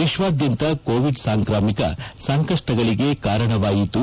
ವಿಶ್ವಾದ್ಗಂತ Covid ಸಾಂಕ್ರಾಮಿಕ ಸಂಕಷ್ಷಗಳಿಗೆ ಕಾರಣವಾಯಿತು